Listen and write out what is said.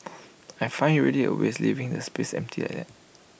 I find IT really A waste leaving the space empty like that